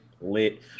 lit